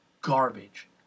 garbage